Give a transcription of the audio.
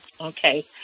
Okay